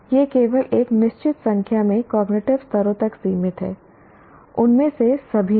यह केवल एक निश्चित संख्या में कॉग्निटिव स्तरों तक सीमित है उनमें से सभी नहीं